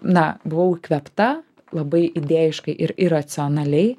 na buvau įkvėpta labai idėjiškai ir ir racionaliai